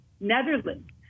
Netherlands